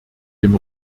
dem